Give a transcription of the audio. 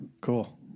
Cool